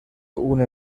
una